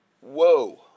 Whoa